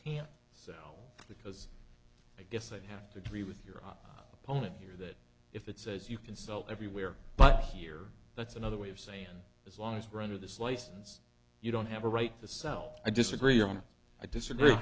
can't sell because i guess i'd have to agree with your opponent here that if it's as you consult everywhere but here that's another way of saying as long as we're under this license you don't have a right to sell i disagree on i disagree